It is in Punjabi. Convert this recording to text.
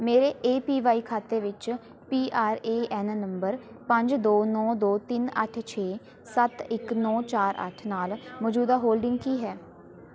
ਮੇਰੇ ਏ ਪੀ ਵਾਈ ਖਾਤੇ ਵਿੱਚ P R A N number ਪੰਜ ਦੋ ਨੌ ਦੋ ਤਿੰਨ ਅੱਠ ਛੇ ਸੱਤ ਇੱਕ ਨੌ ਚਾਰ ਅੱਠ ਨਾਲ ਮੌਜੂਦਾ ਹੋਲਡਿੰਗ ਕੀ ਹੈ